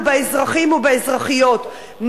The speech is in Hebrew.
באזרחים ובאזרחיות,